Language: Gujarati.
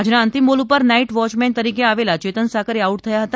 આજના અંતિમ બોલ ઉપર નાઈટ વોયમેન તરીકે આવેલા ચેતન સાકરીયા આઉટ થયા હતા